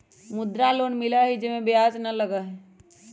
मुद्रा लोन मिलहई जे में ब्याज न लगहई?